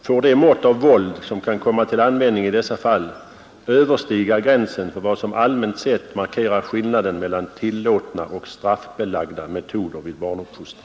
Får det mått av våld som kan komma till användning i dessa fall överstiga gränsen för vad som allmänt sett markerar skillnaden mellan tillåtna och straffbelagda metoder vid barnuppfostran?